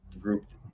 grouped